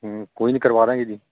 ਕੋਈ ਨਹੀਂ ਕਰਵਾ ਦਾਂਗੇ ਜੀ